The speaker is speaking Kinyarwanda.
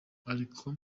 ariko